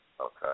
Okay